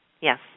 Yes